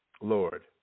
lord